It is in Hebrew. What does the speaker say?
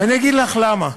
ואני אגיד לך למה.